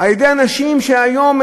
על-ידי אנשים שהיום,